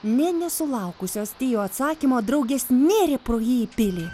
nė nesulaukusios jo atsakymo draugės nėrė pro jį į pilį